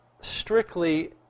strictly